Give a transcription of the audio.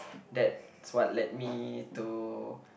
that's what led me to